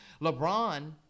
LeBron